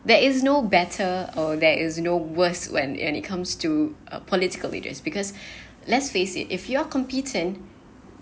there is no better or there is no worse when it comes to a political leaders because let's face it if you're competent